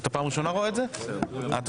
התשפ"ג 2023. בבקשה,